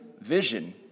vision